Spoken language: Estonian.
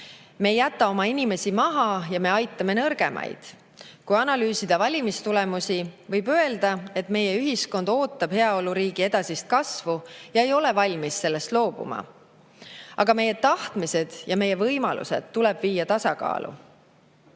Me ei jäta oma inimesi maha ja me aitame nõrgemaid. Kui analüüsida valimistulemusi, võib öelda, et meie ühiskond ootab heaoluriigi edasist kasvu ja ei ole valmis sellest loobuma. Aga meie tahtmised ja meie võimalused tuleb viia tasakaalu.